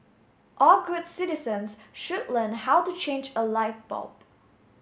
all good citizens should learn how to change a light bulb